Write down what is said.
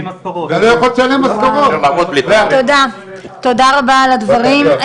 תודה רבה על הדברים.